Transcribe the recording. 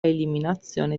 eliminazione